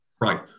Right